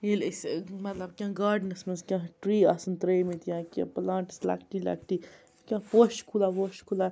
ییٚلہِ أسۍ ٲں مطلب کیٚنٛہہ گارڈنَس منٛز کیٚنٛہہ ٹرٛی آسیٚن ترٛٲیمٕتۍ یا کیٚنٛہہ پلانٹٕس لۄکٹی لۄکٹی کیٚنٛہہ پوشہٕ کُلہ ووشہٕ کُلہ